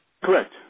Correct